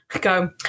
go